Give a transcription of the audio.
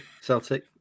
Celtic